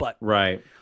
Right